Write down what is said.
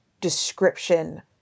description